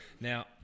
Now